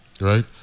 right